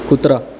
कुत्रा